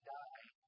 die